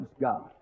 God